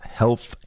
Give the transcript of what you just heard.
health